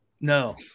no